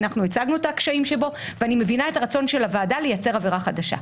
הצגנו את הקשיים שבו ואני מבינה את הרצון של הוועדה לייצר עבירה חדשה.